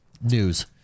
news